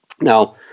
Now